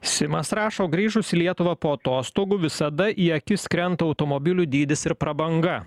simas rašo grįžus į lietuvą po atostogų visada į akis krenta automobilių dydis ir prabanga